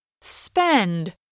Spend